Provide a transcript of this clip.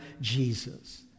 Jesus